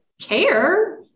care